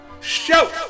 Show